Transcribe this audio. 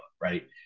right